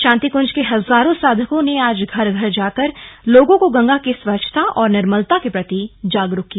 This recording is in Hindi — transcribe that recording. शांति कंज के हजारों साधकों ने आज घर घर जा कर लोगों को गंगा की स्वच्छता और निर्मलता के प्रति जागरूक किया